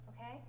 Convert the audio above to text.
Okay